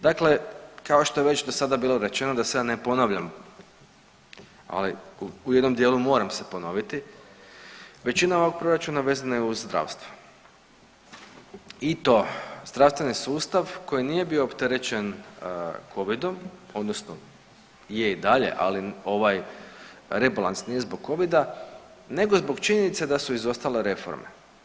Dakle, kao što je već do sada bilo rečeno da se ja ne ponavljam, ali u jednom dijelu moram se ponoviti, većina ovog proračuna vezana je uz zdravstvo i to zdravstveni sustav koji nije bio opterećen covidom odnosno je i dalje, ali ovaj rebalans nije zbog covida nego zbog činjenice da su izostale reforme.